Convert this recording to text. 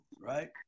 right